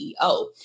CEO